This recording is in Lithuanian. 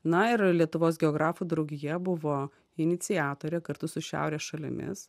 na ir lietuvos geografų draugija buvo iniciatorė kartu su šiaurės šalimis